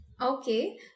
okay